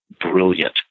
brilliant